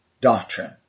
doctrine